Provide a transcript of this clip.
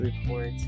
reports